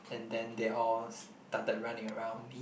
and then they all started running around me